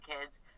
kids